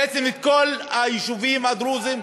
בעצם את כל היישובים הדרוזיים,